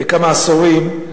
בכמה עשורים.